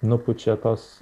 nupučia tuos